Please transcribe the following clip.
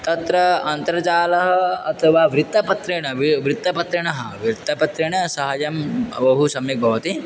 तत्र अन्तर्जालम् अथवा वृत्तपत्रेण वृत्तपत्रेण वृत्तपत्रेण सहाय्यं बहु सम्यक् भवति